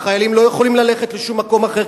והחיילים לא יכולים ללכת לשום מקום אחר,